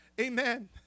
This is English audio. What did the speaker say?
Amen